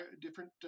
different